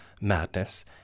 madness